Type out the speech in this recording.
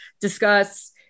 discuss